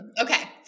Okay